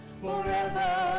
forever